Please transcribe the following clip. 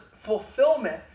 Fulfillment